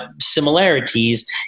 similarities